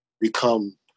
become